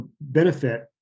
benefit